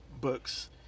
books